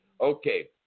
Okay